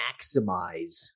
maximize